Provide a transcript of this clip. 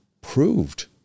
proved